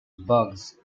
bugs